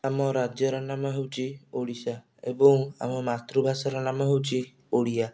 ଆମ ରାଜ୍ୟର ନାମ ହେଉଛି ଓଡ଼ିଶା ଏବଂ ଆମ ମାତୃଭାଷା ର ନାମ ହେଉଛି ଓଡ଼ିଆ